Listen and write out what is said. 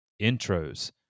intros